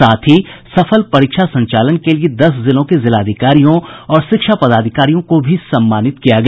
साथ ही सफल परीक्षा संचालन के लिए दस जिलों के जिलाधिकारियों और शिक्षा पदाधिकारियों को भी सम्मानित किया गया